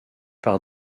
par